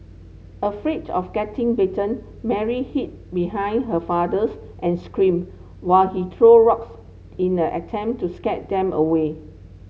afraid of getting bitten Mary hid behind her fathers and screamed while he threw rocks in an attempt to scare them away